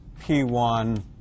P1